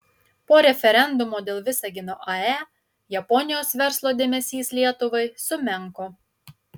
po referendumo dėl visagino ae japonijos verslo dėmesys lietuvai sumenko